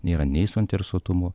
nėra nei suinteresuotumo